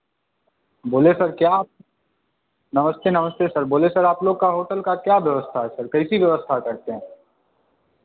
बोले सर क्या आप नमस्ते नमस्ते सर बोले सर आप लोग का होटल का क्या व्यवस्था है सर कैसी व्यवस्था करते हैं